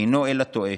אינו אלא טועה.